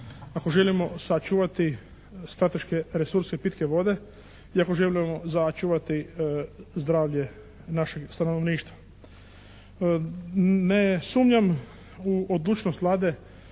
ako želimo sačuvati strateške resurse pitke vode i ako želimo sačuvati zdravlje našeg stanovništva. Ne sumnjam u odlučnost Vlade